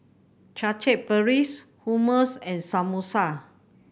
Chaat Papri Hummus and Samosa